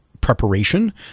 preparation